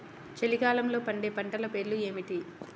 చలికాలంలో పండే పంటల పేర్లు ఏమిటీ?